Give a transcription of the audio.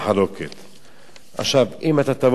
עכשיו, אם אתה תבוא ותאמר לי, אדוני סגן שר החוץ,